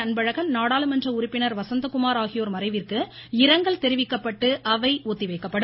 அன்பழகன் நாடாளுமன்ற உறுப்பினர் வசந்தகுமார் ஆகியோர் மறைவிற்கு இரங்கல் தெரிவிக்கப்பட்டு அவை ஒத்தி வைக்கப்படும்